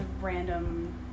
random